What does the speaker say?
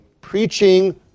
preaching